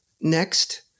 next